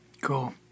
cool